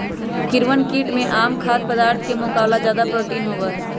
कीड़वन कीट में आम खाद्य पदार्थ के मुकाबला ज्यादा प्रोटीन होबा हई